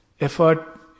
Effort